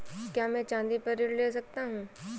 क्या मैं चाँदी पर ऋण ले सकता हूँ?